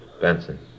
Benson